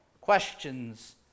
Questions